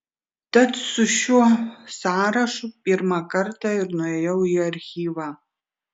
tad su šiuo sąrašu pirmą kartą ir nuėjau į archyvą